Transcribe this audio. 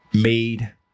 made